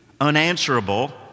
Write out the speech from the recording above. unanswerable